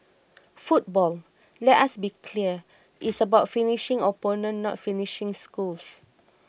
football let us be clear is about finishing opponents not finishing schools